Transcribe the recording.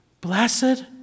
Blessed